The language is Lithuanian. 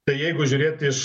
tai jeigu žiūrėt iš